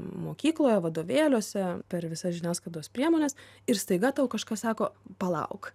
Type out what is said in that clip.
mokykloje vadovėliuose per visas žiniasklaidos priemones ir staiga tau kažkas sako palauk